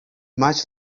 much